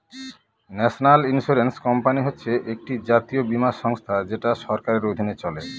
national insurance company হচ্ছে একটি জাতীয় বীমা সংস্থা যেটা সরকারের অধীনে চলে